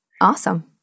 Awesome